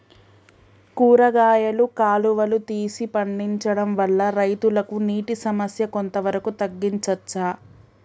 కూరగాయలు కాలువలు తీసి పండించడం వల్ల రైతులకు నీటి సమస్య కొంత వరకు తగ్గించచ్చా?